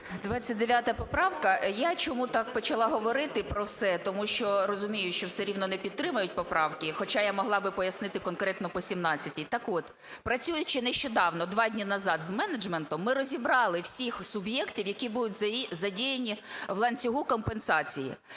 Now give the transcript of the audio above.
29 поправка. Я чому так почала говорити про все? Тому що розумію, що все рівно не підтримають поправки, хоча я могла би пояснити конкретно по 17-й. Так от, працюючи нещодавно, два дні назад, з менеджментом, ми розібрали всіх суб'єктів, які будуть задіяні в ланцюгу компенсації